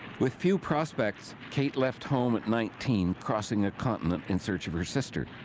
with few prospects, kate left home at nineteen, crossing a continent in search of her sister.